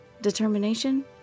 determination